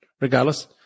regardless